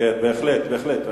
כן, בהחלט, בהחלט.